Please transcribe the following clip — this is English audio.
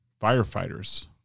firefighters